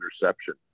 interception